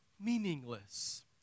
meaningless